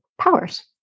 powers